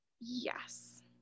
Yes